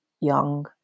young